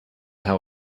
how